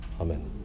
Amen